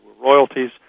royalties